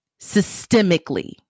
systemically